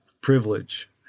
privilege